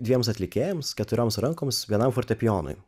dviems atlikėjams keturioms rankoms vienam fortepijonui